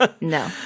No